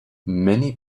many